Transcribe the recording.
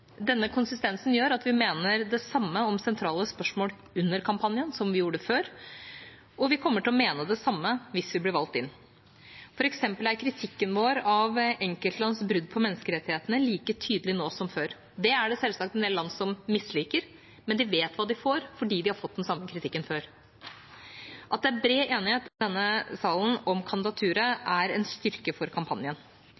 Denne konsistensen gjør at vi mener det samme om sentrale spørsmål under kampanjen som vi gjorde før, og vi kommer til å mene det samme hvis vi blir valgt inn. For eksempel er kritikken vår av enkeltlands brudd på menneskerettighetene like tydelig nå som før. Det er det selvsagt en del land som misliker, men de vet hva de får, fordi de har fått den samme kritikken før. At det er bred enighet i denne salen om kandidaturet,